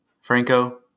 Franco